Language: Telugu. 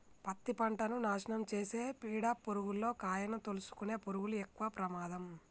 పత్తి పంటను నాశనం చేసే పీడ పురుగుల్లో కాయను తోలుసుకునే పురుగులు ఎక్కవ ప్రమాదం